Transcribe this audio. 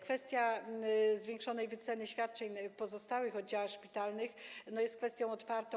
Kwestia zwiększonej wyceny świadczeń w pozostałych oddziałach szpitalnych jest kwestią otwartą.